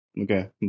okay